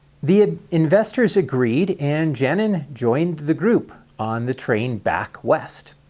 the investors agreed, and janin joined the group on the train back west.